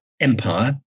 Empire